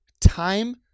time